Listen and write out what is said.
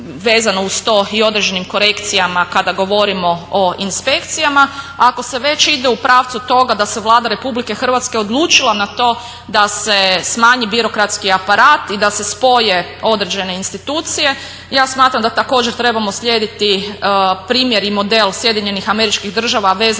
vezano uz to i određenim korekcijama kada govorimo o inspekcijama. A ako se već ide u pravcu toga da se Vlada Republike Hrvatske odlučila na to da se smanji birokratski aparat i da se spoje određene institucije ja smatram da također trebamo slijediti primjer i model Sjedinjenih Američkih Država